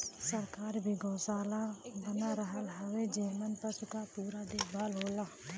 सरकार भी गौसाला बना रहल हउवे जेमन पसु क पूरा देखभाल होला